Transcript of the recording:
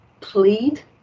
plead